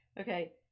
okay